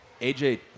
AJ